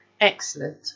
Excellent